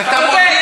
אז אתה בודק.